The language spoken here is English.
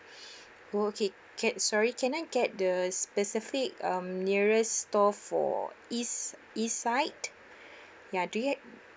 oh okay ca~ sorry can I get the specific um nearest store for east east site ya do you ha~